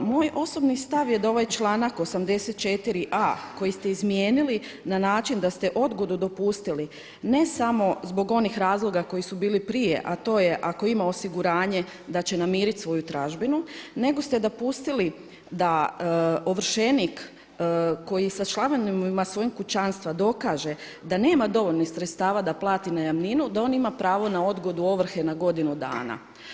Moj osobni stav je da ovaj članak 84a koji ste izmijenili na način da ste odgodu dopustili ne samo zbog onih razloga koji su bili prije, a to je ako ima osiguranje da će namiriti svoju tražbinu nego ste dopustili da ovršenik koji sa članovima svojeg kućanstva dokaže da nema dovoljno sredstava da plati najamninu da on ima pravo na odgodu ovrhe na godinu dana.